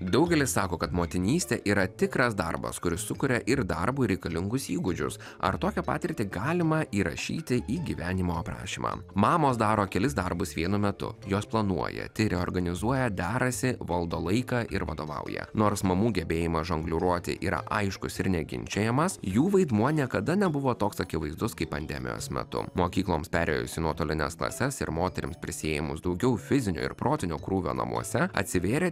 daugelis sako kad motinystė yra tikras darbas kuris sukuria ir darbui reikalingus įgūdžius ar tokią patirtį galima įrašyti į gyvenimo aprašymą mamos daro kelis darbus vienu metu jos planuoja tiria organizuoja derasi valdo laiką ir vadovauja nors mamų gebėjimas žongliruoti yra aiškus ir neginčijamas jų vaidmuo niekada nebuvo toks akivaizdus kaip pandemijos metu mokykloms perėjus į nuotolines klases ir moterims prisiėmus daugiau fizinio ir protinio krūvio namuose atsivėrė